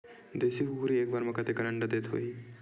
देशी कुकरी एक बार म कतेकन अंडा देत होही?